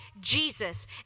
Jesus